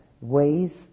ways